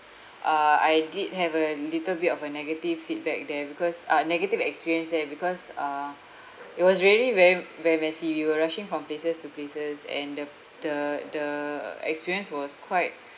uh I did have a little bit of a negative feedback there because uh negative experience there because uh it was very very very messy we were rushing from places to places and the the the experience was quite